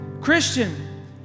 Christian